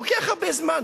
לוקח הרבה זמן.